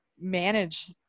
manage